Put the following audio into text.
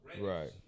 Right